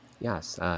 Yes